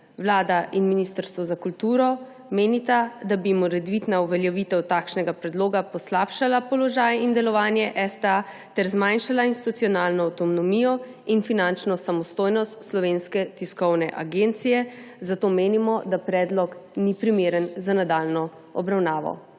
Vlada in Ministrstvo za kulturo menita, da bi morebitna uveljavitev takšnega predloga poslabšala položaj in delovanje STA ter zmanjšala institucionalno avtonomijo in finančno samostojnost Slovenske tiskovne agencije. Zato menimo, da predlog ni primeren za nadaljnjo obravnavo.